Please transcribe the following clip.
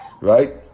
Right